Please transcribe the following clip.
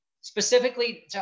Specifically